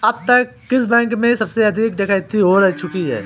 अब तक किस बैंक में सबसे अधिक डकैती हो चुकी है?